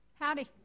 Howdy